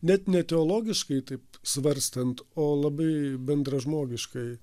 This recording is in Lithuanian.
net ne teologiškai taip svarstant o labai bendražmogiškai